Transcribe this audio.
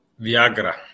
Viagra